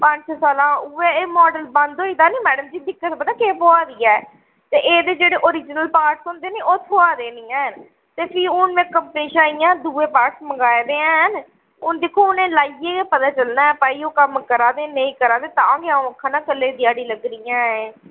पंज सालें दा उ'ऐ एह् माडल बंद होई दा नी मैडम जी दिक्कत पता केह् पवै दी ऐ ते एह्दे जेह्ड़े ओरिजनल पार्ट होंदे नी ओह् थ्होआ दे निं हैन ते फ्ही हून में कंपनी कंपनी शा इ'यां दूए पार्ट मंगाए दे हैन हून दिक्खो उ'नें ई लाइयै ते पता चलना ऐ भाई ओह् कम्म करा दे नेईं करा दे तां अं'ऊ आक्खै ना कल्लै ई ध्याड़ी लग्गनी ऐ अएं